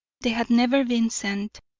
they had never been sent.